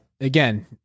again